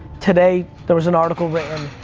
today, there was an article written,